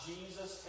Jesus